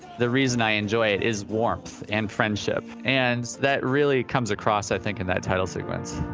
the reason i enjoy it is warmth and friendship. and that really comes across, i think, in that title sequence